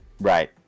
Right